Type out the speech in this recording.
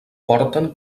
porten